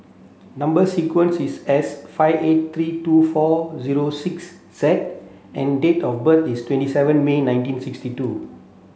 number sequence is S five eight three two four zero six Z and date of birth is twenty seven May nineteen sixty two